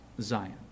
Zion